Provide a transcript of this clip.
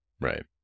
Right